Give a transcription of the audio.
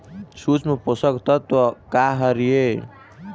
सूक्ष्म पोषक तत्व का हर हे?